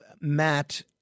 Matt